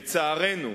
לצערנו,